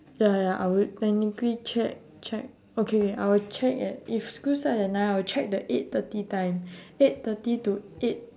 ya ya ya I would technically check check okay I would check at if school start at nine I will check the eight thirty time eight thirty to eight